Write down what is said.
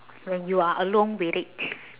when you are alone with it